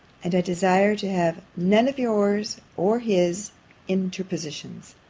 and i desire to have none of yours or his interpositions.